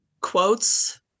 quotes